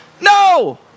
no